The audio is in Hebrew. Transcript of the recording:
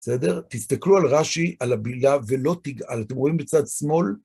בסדר? תסתכלו על רש״י, על הבליעה(?) ולא תגעל, אתם רואים בצד שמאל?